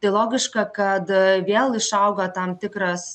tai logiška kad vėl išauga tam tikras